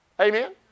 Amen